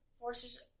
forces